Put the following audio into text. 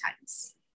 times